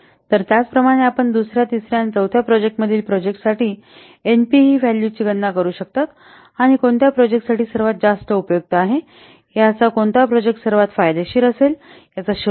तर त्याचप्रमाणे आपण दुसर्या तिसर्या आणि चौथ्या प्रोजेक्ट मधील प्रोजेक्ट साठी एनपीव्ही व्हॅल्यूची गणना करू शकता आणि कोणत्या प्रोजेक्ट साठी सर्वात जास्त उपयुक्त आहे याचा कोणता प्रोजेक्ट सर्वात फायदेशीर असेल याचा शोध घ्या